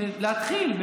להתחיל,